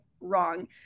wrong